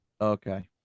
Okay